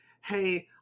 hey